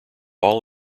all